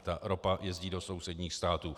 Ta ropa jezdí do sousedních států.